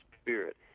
Spirit